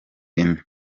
ine